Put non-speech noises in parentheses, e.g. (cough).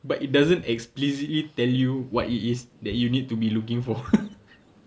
but it doesn't explicitly tell you what it is that you need to be looking for (laughs)